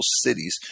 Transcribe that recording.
cities